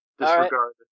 Disregard